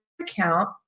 account